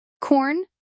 corn